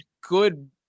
good